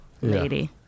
lady